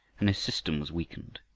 and his system was weakened.